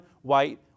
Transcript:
white